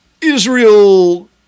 Israel